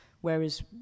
Whereas